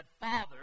Father